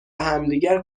همدیگر